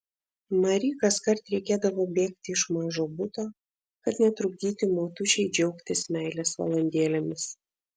mari kaskart reikėdavo bėgti iš mažo buto kad netrukdytų motušei džiaugtis meilės valandėlėmis